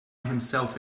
himself